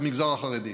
למגזר החרדי,